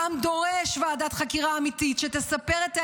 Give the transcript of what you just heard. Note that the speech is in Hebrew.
העם דורש ועדת חקירה אמיתית שתספר את האמת,